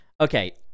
okay